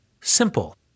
Simple